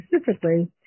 specifically